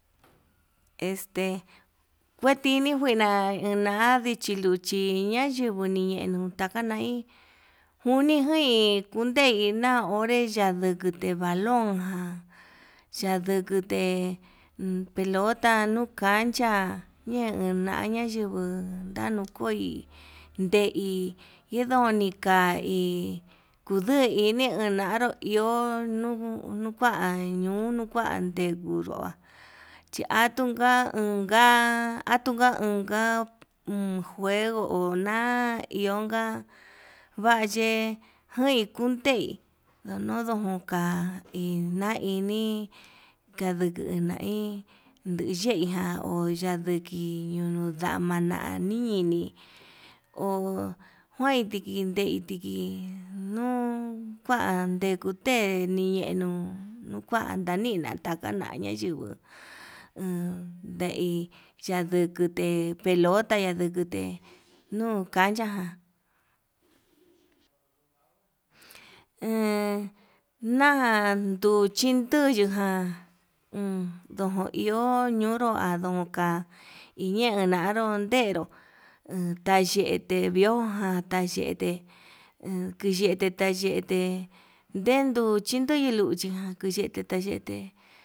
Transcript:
Este kuetini njuina na'a ndichi luchi nayinguni nayenu, takanai njuni njui undei na'a onré yandukute valón ján yandukute, pelota nuu cancha nunai ñayunguu yanokoi ndei indonika hí kuduu ini unaró iho nu nukua ñio nukua ndenjudua chiatuga unka, atuga unnga ho juego ho na ionka valle njuin kundei ndono ndonoka una ini, kaduku una iin nuyeika onayuki yunu ndamana nini ho njuain ndikinei ndiki nuu kuandikote nii enuu, kuan ndanina taka nai ñeyuinguu ndei yayukute, pelota yandukute nuu kancha ján nanduchi nduyuján, uun ndojo iho yonro ñaduu onka iñee anró perp utayete iho jana yete enkuyete tayete ndeduchi liluchi ján kuyete tayete.